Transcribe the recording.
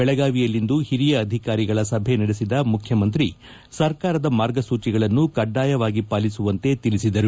ಬೆಳಗಾವಿಯಲ್ಲಿಂದು ಹಿರಿಯ ಅಧಿಕಾರಿಗಳ ಸಭೆ ನಡೆಸಿದ ಮುಖ್ಯಮಂತ್ರಿ ಸರ್ಕಾರದ ಮಾರ್ಗಸೂಚಿಗಳನ್ನು ಕಡ್ಡಾಯವಾಗಿ ಪಾಲಿಸುವಂತೆ ತಿಳಿಸಿದರು